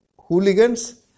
hooligans